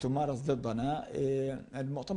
הוא מתייחס